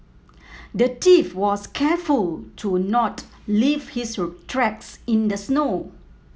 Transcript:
the thief was careful to not leave his tracks in the snow